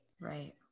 Right